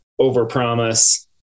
overpromise